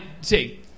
see